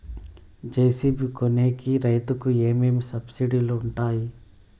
JCB కొనేకి రైతుకు ఏమేమి సబ్సిడి లు వుంటాయి?